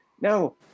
no